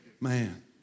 man